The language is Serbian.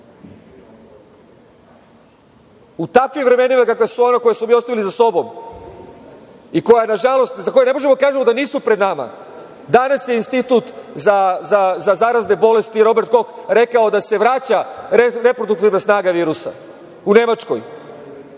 takvim vremenima kakva su ona koja smo mi ostavili za sobom, i koja nažalost, za koja ne možemo da kažemo da nisu pred nama, danas je Institut za zarazne bolesti „Robert Koh“ rekao da se vraća reproduktivna snaga virusa u Nemačkoj,